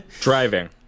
Driving